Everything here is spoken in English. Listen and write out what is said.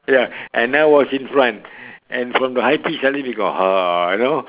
ya and I know was in front and from the high pitch suddenly we got ha you know